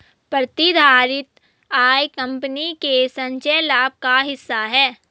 प्रतिधारित आय कंपनी के संचयी लाभ का हिस्सा है